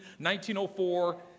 1904